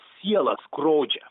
sielą skrodžia